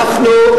אנחנו,